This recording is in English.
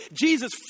Jesus